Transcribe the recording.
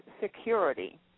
security